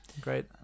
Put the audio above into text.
Great